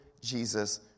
Jesus